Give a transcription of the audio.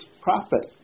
prophet